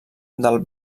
del